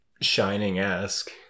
shining-esque